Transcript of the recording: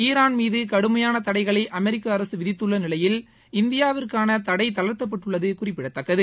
ஈராள் மீது கடுமையான தடைகளை அமெரிக்க அரசு விதித்துள்ள நிலையில் இந்தியாவிற்கான தடை தளர்த்தப்பட்டுள்ளது குறிப்பிடத்தக்கது